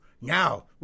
Now